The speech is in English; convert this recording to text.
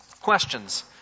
questions